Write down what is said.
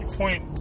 point